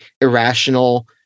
irrational